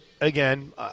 again